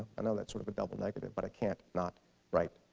i know that's sort of a double negative, but i can't not write.